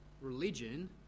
religion